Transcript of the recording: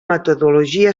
metodologia